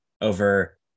over –